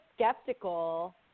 skeptical